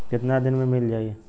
कितना दिन में मील जाई?